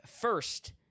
first